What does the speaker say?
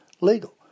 legal